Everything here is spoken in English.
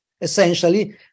essentially